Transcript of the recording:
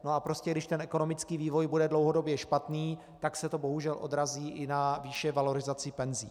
No a prostě když ten ekonomický vývoj bude dlouhodobě špatný, tak se to bohužel odrazí i na výši valorizace penzí.